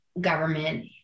government